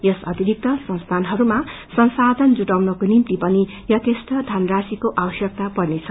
यस अतिरिक्त संसीनहरूका संसाधन जुटाउनको निम्ति पनि यथेष्ट धनत्रिराशिको आवश्यकता पेर्नछ